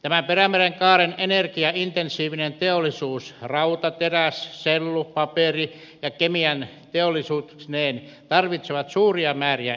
tämä perämerenkaaren energiaintensiivinen teollisuus rauta teräs sellu paperi ja kemianteollisuuksineen tarvitsee suuria määriä energiaa